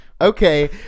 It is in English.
Okay